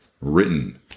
written